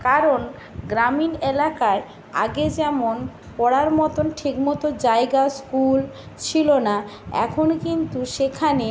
কারণ গ্রামীণ এলাকায় আগে যেমন পড়ার মতন ঠিক মতো জায়গা স্কুল ছিল না এখন কিন্তু সেখানে